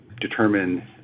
determine